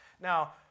Now